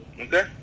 Okay